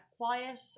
quiet